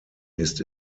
ist